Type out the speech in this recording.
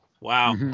Wow